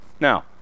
Now